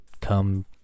come